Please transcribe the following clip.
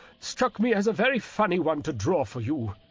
struck me as a very funny one to draw for you.